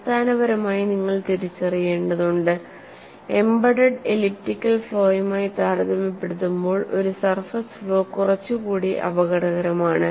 അടിസ്ഥാനപരമായി നിങ്ങൾ തിരിച്ചറിയേണ്ടതുണ്ട് എംബഡഡ് എലിപ്റ്റിക്കൽ ഫ്ലോയുമായി താരതമ്യപ്പെടുത്തുമ്പോൾ ഒരു സർഫസ് ഫ്ലോ കുറച്ചുകൂടി അപകടകരമാണ്